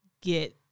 get